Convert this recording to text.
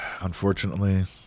unfortunately